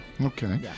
Okay